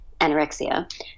anorexia